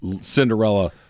Cinderella